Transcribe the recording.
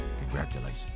congratulations